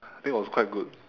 think it was quite good